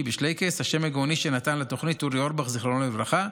בשלייקס" השם הגאוני שנתן לתוכנית אורי אורבך ז"ל,